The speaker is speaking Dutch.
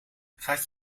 gaat